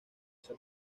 esa